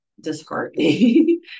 disheartening